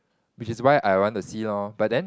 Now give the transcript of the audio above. which is why I want to see lor but then